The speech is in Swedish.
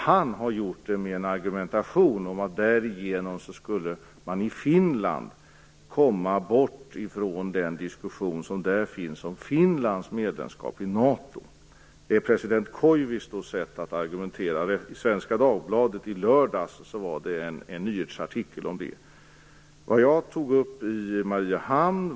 Han har gjort det med en argumentation om att man i Finland därigenom skulle komma bort från den diskussion som där förs om Finlands medlemskap i NATO. Det är förre presidenten Koivistos sätt att argumentera. Det var en nyhetsartikel om det i Svenska Dagbladet i lördags.